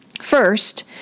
First